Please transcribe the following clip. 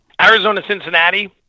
Arizona-Cincinnati